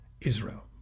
Israel